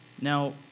Now